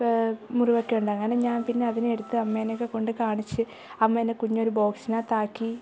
മുറിവൊക്കെയുണ്ട് അങ്ങനെ ഞാൻ പിന്നെ അതിനെ എടുത്ത് അമ്മേനെ ഒക്കെ കൊണ്ട് കാണിച്ച് അമ്മ അതിനെ കുഞ്ഞു ഒരു ബോക്സിനകത്ത് ആക്കി